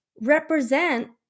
represent